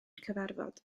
cyfarfod